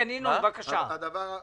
דבר נוסף,